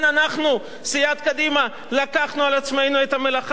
לקחנו על עצמנו את המלאכה ושמנו את אחד מטובי אנשינו,